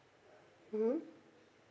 hmm